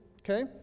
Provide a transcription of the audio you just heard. okay